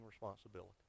responsibility